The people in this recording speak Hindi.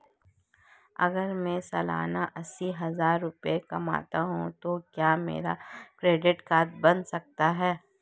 अगर मैं सालाना अस्सी हज़ार रुपये कमाता हूं तो क्या मेरा क्रेडिट कार्ड बन सकता है?